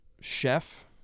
chef